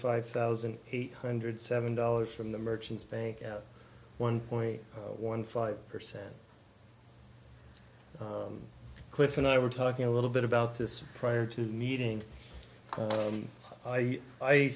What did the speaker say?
five thousand eight hundred seven dollars from the merchants bank one point one five percent cliff and i were talking a little bit about this prior to meeting i i